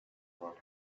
about